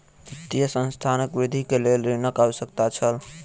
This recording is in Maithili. वित्तीय संस्थानक वृद्धि के लेल ऋणक आवश्यकता छल